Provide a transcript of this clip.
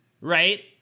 right